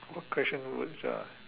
what question would you ask